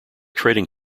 trading